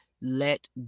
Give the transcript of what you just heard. let